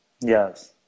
Yes